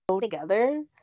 together